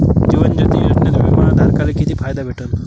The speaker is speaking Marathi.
जीवन ज्योती योजनेत बिमा धारकाले किती फायदा भेटन?